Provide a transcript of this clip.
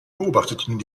beobachteten